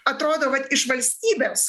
atrodo vat iš valstybės